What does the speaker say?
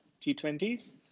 T20s